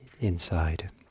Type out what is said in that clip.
inside